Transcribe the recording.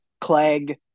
Clegg